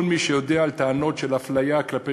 כל מי שיודע על טענות של אפליה כלפי